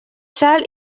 sal